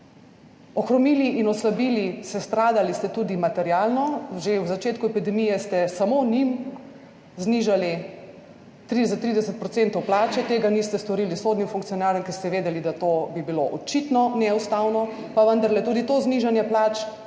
Ohromili in oslabili sestradali ste tudi materialno. Že v začetku epidemije ste samo njim znižali 30 % plače. Tega niste storili sodnim funkcionarjem, ker ste vedeli, da to bi bilo očitno neustavno. Pa vendarle, tudi to znižanje plač